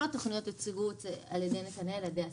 כל התוכניות הוצגו על ידי נתנאל לפידות